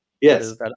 yes